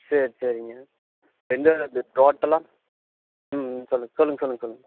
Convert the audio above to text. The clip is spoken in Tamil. சரி சரிங்க டோட்டலாக ம் ம் சொல் சொல்லுங்கள் சொல்லுங்கள் சொல்லுங்கள்